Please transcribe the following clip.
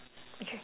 okay yup